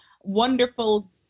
wonderful